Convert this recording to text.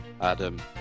Adam